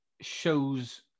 shows